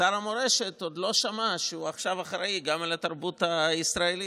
שר המורשת עוד לא שמע שהוא עכשיו אחראי גם לתרבות הישראלית,